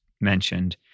mentioned